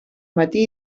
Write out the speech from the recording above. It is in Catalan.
matí